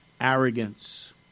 arrogance